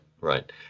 right